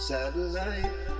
Satellite